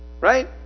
Right